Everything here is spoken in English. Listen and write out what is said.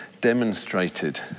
demonstrated